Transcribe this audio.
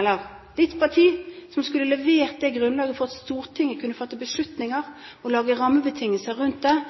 er ditt parti som skulle levert det grunnlaget, sånn at Stortinget kunne fatte beslutninger og lage rammebetingelser